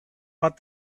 but